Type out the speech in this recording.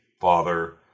father